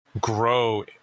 grow